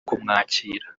kumwakira